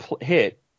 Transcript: hit